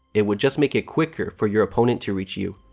it would just make it quicker for your opponent to reach you.